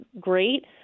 great